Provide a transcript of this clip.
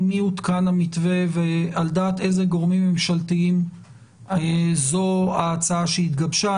עם מי הותקן המתווה ועל דעת איזה גורמים ממשלתיים זו ההצעה שהתגבשה.